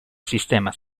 sistema